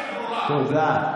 תודה.